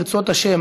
ברצות השם,